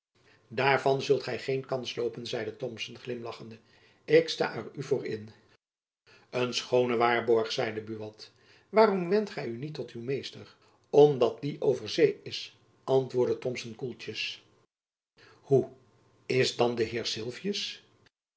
daarvan zult gy geen kans loopen zeide thomson glimlachende ik sta er u voor in een schoone waarborg zeide buat waarom wendt gy u niet tot uw meester om dat die over zee is antwoordde thomson koeltjens hoe is dan de